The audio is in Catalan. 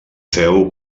féu